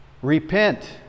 repent